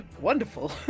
Wonderful